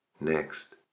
Next